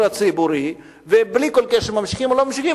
הציבורי ובלי כל קשר ממשיכים או לא ממשיכים,